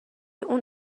اون